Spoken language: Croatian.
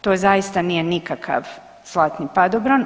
To zaista nije nikakav zlatni padobran.